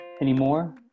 anymore